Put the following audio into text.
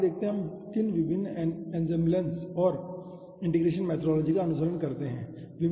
आगे देखते हैं कि हम किन विभिन्न एन्सेंबलेस और इंटीग्रेशन मेथोडोलॉजी का अनुसरण करते हैं